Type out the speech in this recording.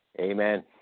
Amen